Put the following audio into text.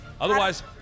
Otherwise